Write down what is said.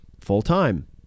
full-time